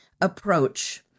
approach